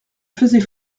faisait